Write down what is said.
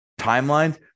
timelines